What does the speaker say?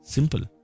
Simple